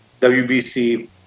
WBC